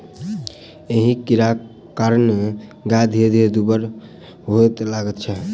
एहि कीड़ाक कारणेँ गाय धीरे धीरे दुब्बर होबय लगैत छै